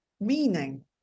meaning